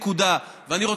נקודה.